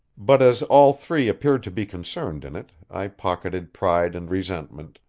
but as all three appeared to be concerned in it i pocketed pride and resentment,